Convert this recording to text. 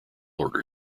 order